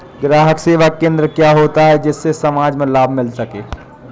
ग्राहक सेवा केंद्र क्या होता है जिससे समाज में लाभ मिल सके?